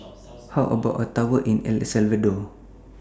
How about A Tour in El Salvador